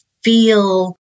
feel